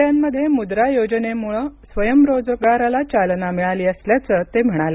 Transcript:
खेड्यांमध्ये मुद्रा योजनेमुळे स्वयंरोजगाराला चालना मिळाली असल्याचं ते म्हणाले